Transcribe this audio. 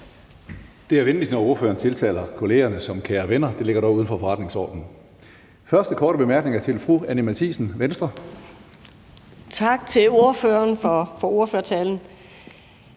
Det er venligt, når ordføreren tiltaler kollegerne som »kære venner«, men det ligger dog uden for forretningsordenen. Den første korte bemærkning er til fru Anni Matthiesen, Venstre. Kl. 14:34 Anni Matthiesen